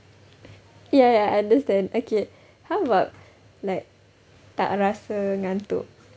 ya ya I understand okay how about like tak rasa ngantuk